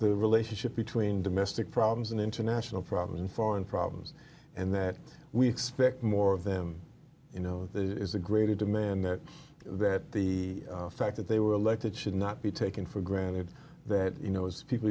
the relationship between domestic problems and international problems and foreign problems and that we expect more of them you know there's a greater demand that the fact that they were elected should not be taken for granted that you know it's people